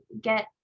get